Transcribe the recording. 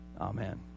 amen